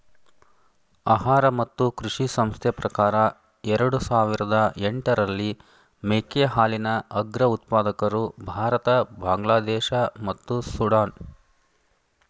ಆಹಾರ ಮತ್ತು ಕೃಷಿ ಸಂಸ್ಥೆ ಪ್ರಕಾರ ಎರಡು ಸಾವಿರದ ಎಂಟರಲ್ಲಿ ಮೇಕೆ ಹಾಲಿನ ಅಗ್ರ ಉತ್ಪಾದಕರು ಭಾರತ ಬಾಂಗ್ಲಾದೇಶ ಮತ್ತು ಸುಡಾನ್